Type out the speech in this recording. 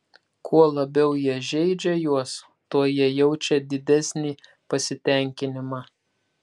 kuo labiau jie žeidžia juos tuo jie jaučia didesnį pasitenkinimą